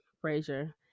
Frazier